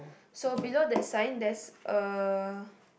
so below that sign there's a